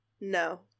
No